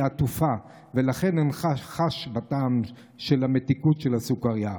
עטופה ולכן אינך חש בטעם של המתיקות של הסוכרייה.